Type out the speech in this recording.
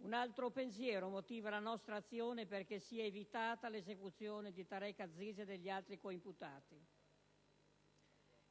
Un altro pensiero motiva la nostra azione perché sia evitata l'esecuzione di Tareq Aziz e degli altri coimputati.